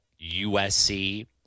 USC